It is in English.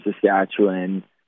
Saskatchewan